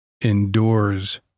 endures